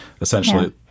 essentially